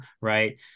right